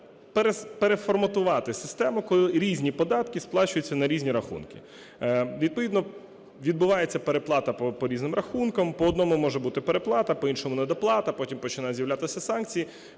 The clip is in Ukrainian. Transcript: переформатувати систему, коли різні податки сплачуються на різні рахунки. Відповідно відбувається переплата по різним рахункам. По одному може бути переплата, по іншому недоплата. Потім починають з'являтися санкції